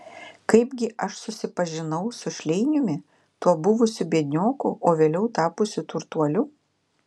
kaipgi aš susipažinau su šleiniumi tuo buvusiu biednioku o vėliau tapusiu turtuoliu